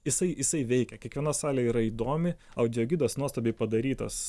jisai jisai veikia kiekviena salė yra įdomi audio gidas nuostabiai padarytas